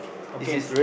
okay